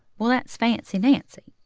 well, that's fancy nancy.